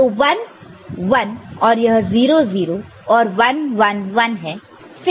तो 1 1 और यह 0 0 और 1 1 1 है